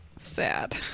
sad